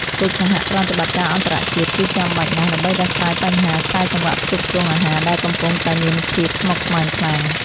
កិច្ចសហប្រតិបត្តិការអន្តរជាតិ គឺចាំបាច់ណាស់ដើម្បីដោះស្រាយបញ្ហាខ្សែសង្វាក់ផ្គត់ផ្គង់អាហារដែលកំពុងតែមានភាពស្មុគស្មាញខ្លាំង។